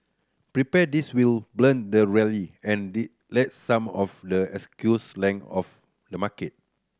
prepare this will blunt the rally and the let some of the excess length of the market